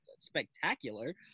Spectacular